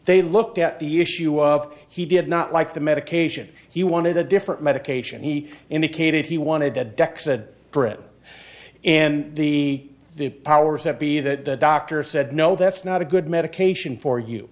they looked at the issue of he did not like the medication he wanted a different medication he indicated he wanted to dex a brit and the the powers that be that doctor said no that's not a good medication for you